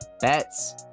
Bets